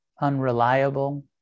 unreliable